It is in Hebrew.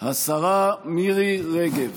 השרה מירי רגב.